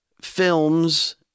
films